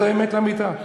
זאת האמת לאמיתה.